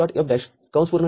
E